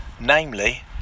namely